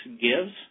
Gives